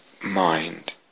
mind